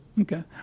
Okay